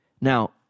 Now